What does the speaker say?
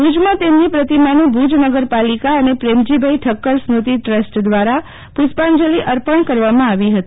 ભુજમાં તેમની પ્રતિમાને ભુજ નગરપાલિકા અને પ્રેમજીભાઈ ઠક્કર સ્મૃતિ ટ્રસ્ટ દ્વારા પુષ્પાંજલિ અર્પણ કરવામાં આવી હતી